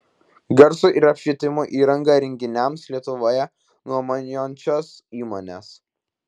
garso ir apšvietimo įrangą renginiams lietuvoje nuomojančios įmonės